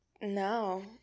No